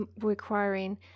requiring